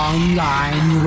Online